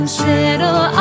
settle